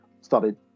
started